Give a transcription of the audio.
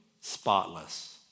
spotless